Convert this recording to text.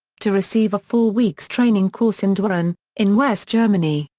to receive a four-weeks training course in dueren, in west germany.